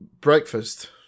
breakfast